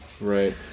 Right